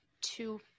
Two